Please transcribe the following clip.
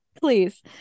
Please